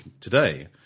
today